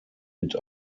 mit